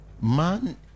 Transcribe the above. Man